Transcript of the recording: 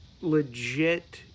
legit